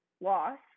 loss